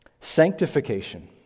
Sanctification